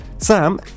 Sam